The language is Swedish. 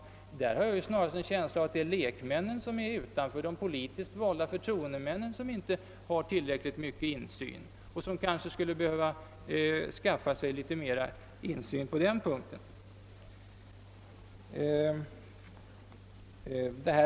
Jag har snarast en känsla av att det är lekmännen, de politiskt valda förtroendemännen, som inte har tillräcklig insyn och som alltså skulle behöva skaffa sig mer så dan på det här området.